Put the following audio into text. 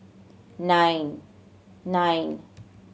nine nine